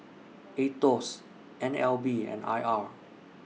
Aetos N L B and I R